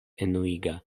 enuiga